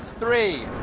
three.